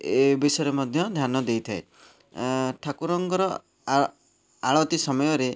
ଏ ବିଷୟରେ ମଧ୍ୟ ଧ୍ୟାନ ଦେଇଥାଏ ଠାକୁରଙ୍କର ଆଳତୀ ସମୟରେ